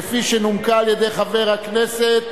כפי שנומקה על-ידי חבר הכנסת